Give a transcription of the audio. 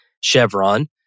Chevron